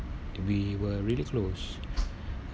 we were really close